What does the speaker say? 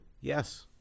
yes